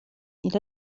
إلى